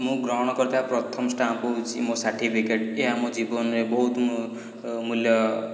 ମୁଁ ଗ୍ରହଣ କରିଥିବା ପ୍ରଥମ ଷ୍ଟାମ୍ପ୍ ହେଉଛି ମୋ ସାର୍ଟିଫିକେଟ୍ ଏହା ମୋ ଜୀବନରେ ବହୁତ୍ ମୁଁ ମୂଲ୍ୟ